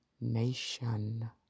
nation